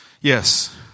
Yes